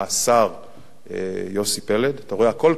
יוסי פלד, אתה רואה, הכול קשור בסופו של דבר.